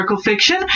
fiction